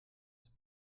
ist